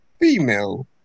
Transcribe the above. female